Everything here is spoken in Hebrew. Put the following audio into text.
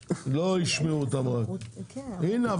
לא ישמעו רק אותם --- השאלה לגבי הסמכות --- אבל הנה,